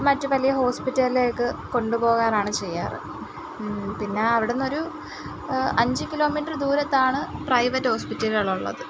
മറ്റു വലിയ ഹോസ്പിറ്റലിലേക്ക് കൊണ്ടുപോകാറാണ് ചെയ്യാറ് പിന്നെ അവിടെ നിന്നൊരു അഞ്ചു കിലോമീറ്റർ ദൂരത്താണ് പ്രൈവറ്റ് ഹോസ്പിറ്റലുകളുള്ളത്